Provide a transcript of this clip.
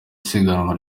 isiganwa